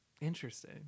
Interesting